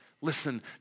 listen